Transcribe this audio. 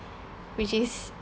which is